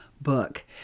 book